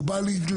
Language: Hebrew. הוא בא לעצמו.